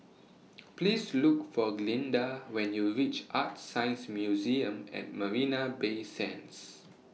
Please Look For Glynda when YOU REACH ArtScience Museum and Marina Bay Sands